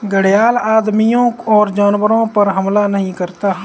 घड़ियाल आदमियों और जानवरों पर हमला नहीं करता है